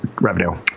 revenue